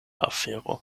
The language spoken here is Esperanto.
afero